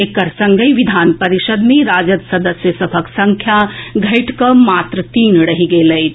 एकर संगहि विधान परिषद् मे राजद सदस्य सभक संख्या घटिकऽ मात्र तीन रहि गेल अछि